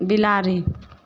बिलाड़ि